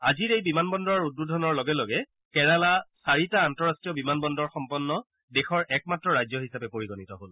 আজিৰ এই বিমান বন্দৰৰ উদ্বোধনৰ লগে লগে কেৰালা চাৰিটা আন্তঃৰাষ্ট্ৰীয় বিমান বন্দৰ সম্পন্ন দেশৰ একমাত্ৰ ৰাজ্য হিচাপে পৰিগণিত হ'ল